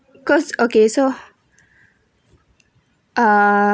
cause okay so uh